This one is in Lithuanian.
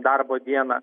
darbo dieną